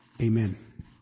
Amen